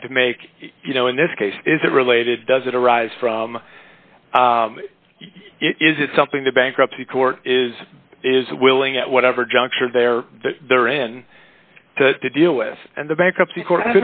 had to make you know in this case is it related does it arise from is it something the bankruptcy court is is willing at whatever juncture they're there in to deal with and the bankruptcy court